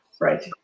Right